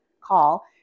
call